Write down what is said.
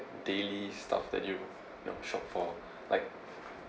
daily stuff that you you know shop for like